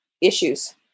issues